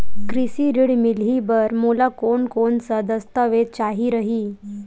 कृषि ऋण मिलही बर मोला कोन कोन स दस्तावेज चाही रही?